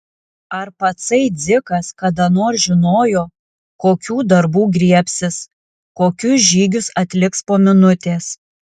ar patsai dzikas kada nors žinojo kokių darbų griebsis kokius žygius atliks po minutės